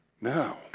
Now